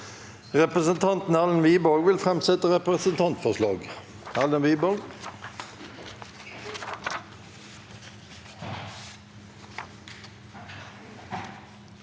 Representanten Erlend Wiborg vil framsette et representantforslag.